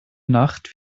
nacht